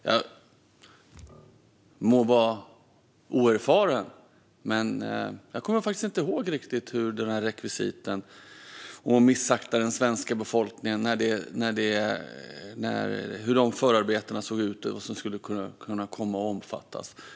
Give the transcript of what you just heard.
Jag må vara oerfaren, men jag kommer faktiskt inte riktigt ihåg hur förarbetena såg ut när det gäller rekvisitet för att missakta den svenska befolkningen eller vad som skulle kunna komma att omfattas.